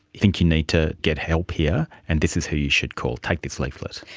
think you need to get help here, and this is who you should call. take this leaflet.